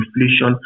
inflation